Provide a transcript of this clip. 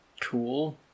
Cool